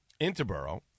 Interboro